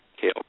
kale